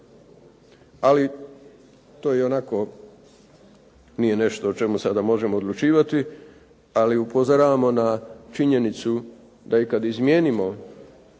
ionako nije nešto o čemu sada možemo odlučivati. Ali upozoravamo na činjenicu da i kad izmijenimo